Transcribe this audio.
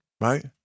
right